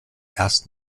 erst